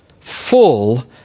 full